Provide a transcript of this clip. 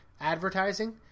advertising